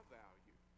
value